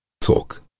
talk